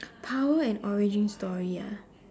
power and origin story ah